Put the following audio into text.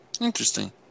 Interesting